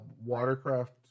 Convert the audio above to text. Watercraft